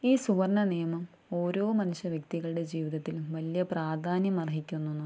ഈ സുവർണ്ണ നിയമം ഓരോ മനുഷ്യവ്യക്തികളുടെ ജീവിതത്തിലും വലിയ പ്രാധാന്യം അർഹിക്കുന്നു എന്നൊന്നാണ്